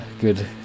good